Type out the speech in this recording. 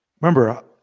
Remember